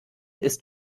ist